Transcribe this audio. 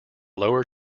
lower